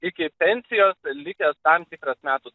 iki pensijos likęs tam tikras metų